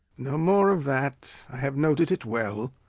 no more of that i have noted it well.